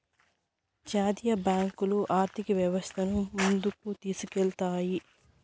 జాతీయ బ్యాంకులు ఆర్థిక వ్యవస్థను ముందుకు తీసుకెళ్తాయి